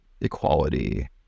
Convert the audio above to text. equality